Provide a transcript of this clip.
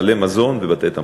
סלי מזון ובתי-תמחוי.